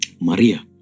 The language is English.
Maria